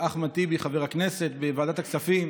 חבר הכנסת ד"ר אחמד טיבי בוועדת הכספים,